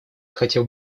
хотел